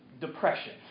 depression